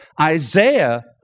Isaiah